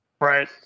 Right